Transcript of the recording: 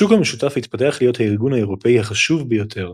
השוק המשותף התפתח להיות הארגון האירופי החשוב ביותר.